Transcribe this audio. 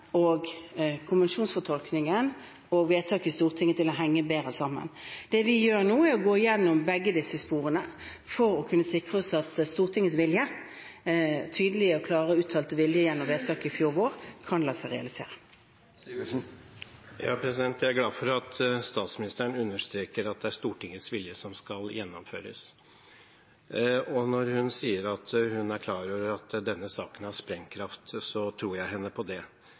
konvensjonsfortolkningen og vedtaket i Stortinget til å henge bedre sammen. Det vi gjør nå, er å gå gjennom begge disse sporene for å kunne sikre oss at Stortingets vilje tydelige og klart uttalte vilje gjennom vedtaket i fjor vår kan la seg realisere. Jeg er glad for at statsministeren understreker at det er Stortingets vilje som skal gjennomføres. Når hun sier at hun er klar over at denne saken har sprengkraft, tror jeg henne på det,